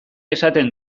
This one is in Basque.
esaten